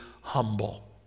humble